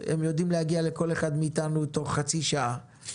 הם יודעים להגיע לכל אחד מאתנו תוך חצי שעה.